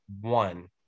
one